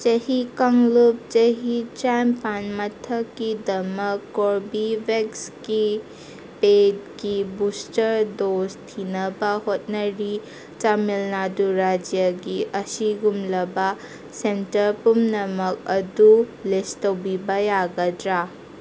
ꯆꯍꯤ ꯀꯥꯡꯂꯨꯞ ꯆꯍꯤ ꯇꯔꯥꯏꯝꯅꯤꯄꯥꯟ ꯃꯊꯛꯀꯤꯗꯃꯛ ꯀꯣꯔꯕꯤꯕꯦꯛꯁꯀꯤ ꯄꯦꯠꯀꯤ ꯕꯨꯁꯇ꯭ꯔ ꯗꯣꯁ ꯊꯤꯅꯕ ꯍꯣꯠꯅꯔꯤ ꯇꯥꯃꯤꯜ ꯅꯥꯗꯨ ꯔꯥꯏꯖ꯭ꯌꯥꯒꯤ ꯑꯁꯤꯒꯨꯝꯂꯕ ꯁꯦꯟꯇꯔ ꯄꯨꯝꯅꯃꯛ ꯑꯗꯨ ꯂꯤꯁ ꯇꯧꯕꯤꯕ ꯌꯥꯒꯗ꯭ꯔꯥ